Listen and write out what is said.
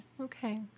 Okay